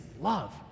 love